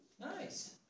Nice